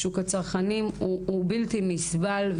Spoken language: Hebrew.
שוק הצרכנים הוא בלתי נסבל.